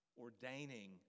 ordaining